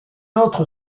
autre